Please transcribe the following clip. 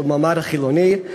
למועמד החילוני,